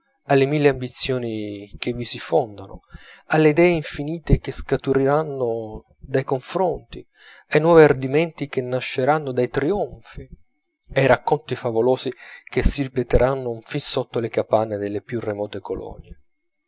alle mille ambizioni che vi si fondano alle idee infinite che scaturiranno dai confronti ai nuovi ardimenti che nasceranno dai trionfi ai racconti favolosi che si ripeteranno fin sotto le capanne delle più remote colonie